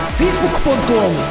facebook.com